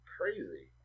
Crazy